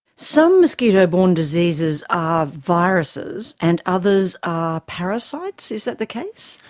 some mosquito borne diseases are viruses and others are parasites, is that the case?